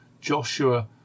Joshua